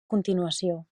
continuació